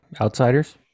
Outsiders